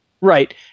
Right